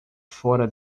fora